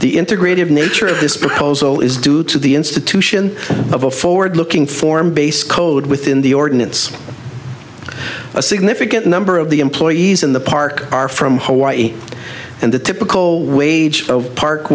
the integrative nature of this proposal is due to the institution of a forward looking form base code within the ordinance a significant number of the employees in the park are from hawaii and the typical wage of park